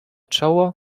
czoło